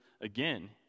again